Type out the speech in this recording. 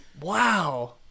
Wow